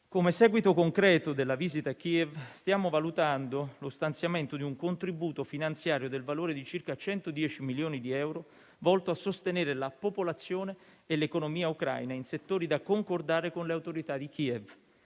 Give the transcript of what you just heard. Come seguito concreto della visita a Kiev, stiamo valutando lo stanziamento di un contributo finanziario del valore di circa 110 milioni di euro, volto a sostenere la popolazione e l'economia ucraina in settori da concordare con le autorità di Kiev.